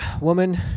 Woman